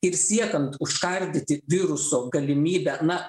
ir siekiant užkardyti viruso galimybę na